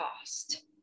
cost